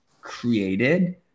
created